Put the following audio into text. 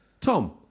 Tom